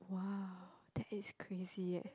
!wow! that is crazy eh